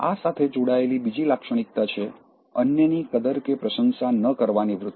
આ સાથે જોડાયેલી બીજી લાક્ષણિક્તા છે અન્યની કદર કે પ્રશંસા ન કરવાની વૃત્તિ